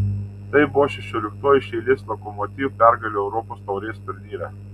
tai buvo šešioliktoji iš eilės lokomotiv pergalė europos taurės turnyre